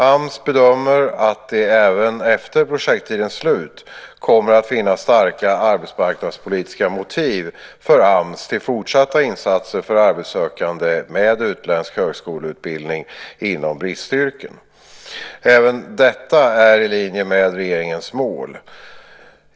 AMS bedömer att det även efter projekttidens slut kommer att finnas starka arbetsmarknadspolitiska motiv för AMS till fortsatta insatser för arbetssökande med utländsk högskoleutbildning inom bristyrken. Även detta är i linje med regeringens mål.